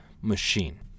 machine